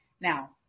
Now